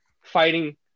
fighting